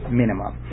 minimum